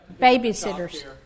Babysitters